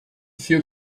few